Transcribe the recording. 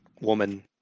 woman